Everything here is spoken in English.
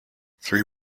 three